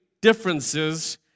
differences